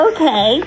Okay